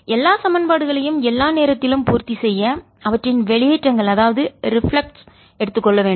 எல்லா சமன்பாடுகளையும் எல்லா நேரத்திலும் பூர்த்தி செய்ய அவற்றின் வெளியேற்றங்கள் அதாவது ரிஃப்ளெக்ஸ் பிரதிபலிப்பை எடுத்துக்கொள்ளவேண்டும்